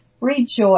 rejoice